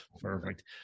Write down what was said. Perfect